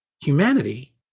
humanity